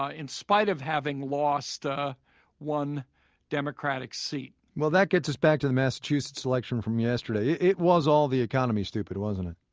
ah in spite of having lost ah one democratic seat. well, that gets us back to the massachusetts selection from yesterday. it was all the economy, stupid, wasn't it?